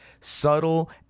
Subtle